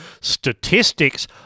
Statistics